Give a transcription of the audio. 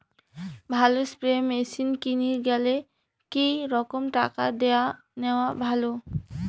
ভালো spray machine কিনির গেলে কি রকম টাকা দিয়া নেওয়া ভালো?